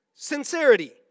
Sincerity